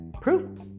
proof